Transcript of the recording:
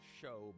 show